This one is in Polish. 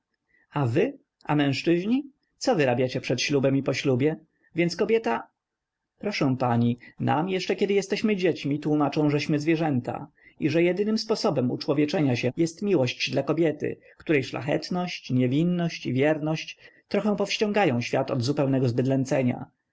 a wy a mężczyźni co wyrabiacie przed ślubem i po ślubie więc kobieta proszę pani nam jeszcze kiedy jesteśmy dziećmi tłómaczą żeśmy zwierzęta i że jedynym sposobem uczłowieczenia się jest miłość dla kobiety której szlachetność niewinność i wierność trochę powściągają świat od zupełnego zbydlęcenia no